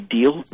deal